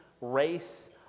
race